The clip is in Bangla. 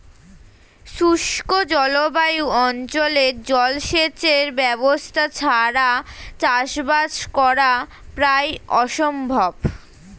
শুষ্ক জলবায়ু অঞ্চলে জলসেচের ব্যবস্থা ছাড়া চাষবাস করা প্রায় অসম্ভব